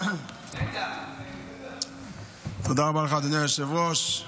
תודה רבה לך, אדוני היושב-ראש.